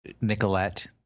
Nicolette